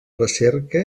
recerca